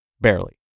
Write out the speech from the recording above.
barely